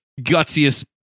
gutsiest